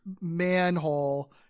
manhole